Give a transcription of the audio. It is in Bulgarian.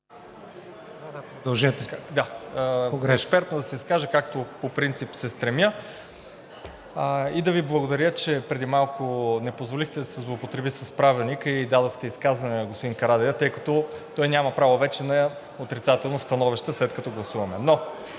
Аз ще се стремя експертно да се изкажа, както по принцип се стремя, и да Ви благодаря, че преди малко не позволихте да се злоупотреби с Правилника и дадохте изказване на господин Карадайъ, тъй като той няма право вече на отрицателно становище, след като гласуваме. Но